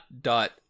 dot